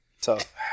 Tough